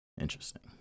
Interesting